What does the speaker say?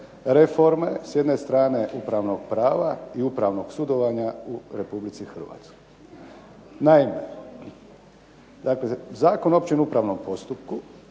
reforme s jedne strane upravnog prava i upravnog sudovanja u Republici Hrvatskoj. Naime, dakle Zakon o općem upravnom postupku,